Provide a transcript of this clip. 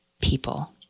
people